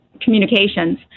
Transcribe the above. communications